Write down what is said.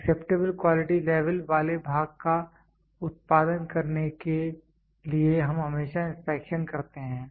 acceptable quality level वाले भाग का उत्पादन करने के लिए हम हमेशा इंस्पेक्शन करते हैं